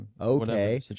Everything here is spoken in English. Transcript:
Okay